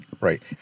Right